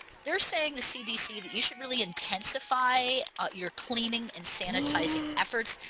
they're saying the cdc that you should really intensify your cleaning and sanitizing efforts.